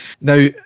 Now